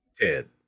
Ted